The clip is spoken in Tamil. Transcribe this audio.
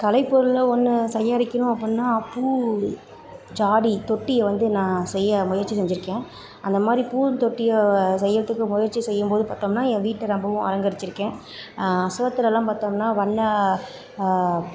கலைப் பொருளில் ஒன்று செய்கறிக்கணும் அப்புடின்னா பூ ஜாடி தொட்டியை வந்து நான் செய்ய முயற்சி செஞ்சுருக்கேன் அந்த மாதிரி பூந்தொட்டியை செய்கிறதுக்கு முயற்சி செய்யும்போது பார்த்தோம்னா என் வீட்டை ரொம்பவும் அலங்கரிச்சுருக்கேன் சுவத்துல எல்லாம் பார்த்தோம்னா வண்ண